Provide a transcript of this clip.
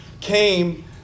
came